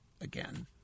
again